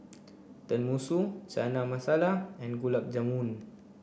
Tenmusu Chana Masala and Gulab Jamun